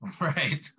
Right